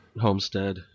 homestead